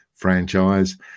franchise